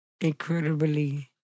incredibly